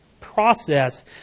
process